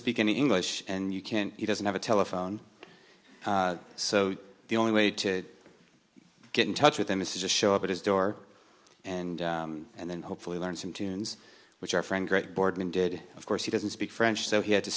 any english and you can't he doesn't have a telephone so the only way to get in touch with him is just show up at his door and and then hopefully learn some tunes which our friend greg boardman did of course he doesn't speak french so he had to